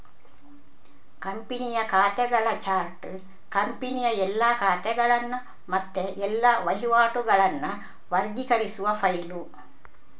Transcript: ಕಂಪನಿಯ ಖಾತೆಗಳ ಚಾರ್ಟ್ ಕಂಪನಿಯ ಎಲ್ಲಾ ಖಾತೆಗಳನ್ನ ಮತ್ತೆ ಎಲ್ಲಾ ವಹಿವಾಟುಗಳನ್ನ ವರ್ಗೀಕರಿಸುವ ಫೈಲು